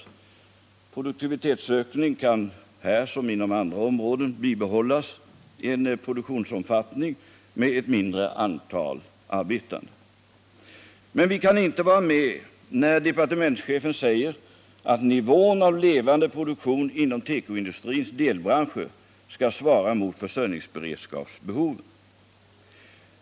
En produktivitetsökning kan dock här liksom inom andra områden ske även med ett mindre antal arbetande. Vi kan emellertid inte vara med när departementschefen förordar att nivån av levande produktion inom tekoindustrins delbranscher skall svara mot försörjningsberedskapsbehoven.